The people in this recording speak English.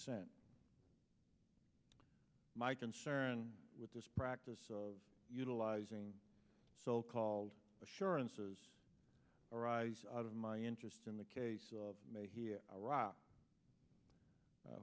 sent my concern with this practice of utilizing so called assurances arise out of my interest in the case of may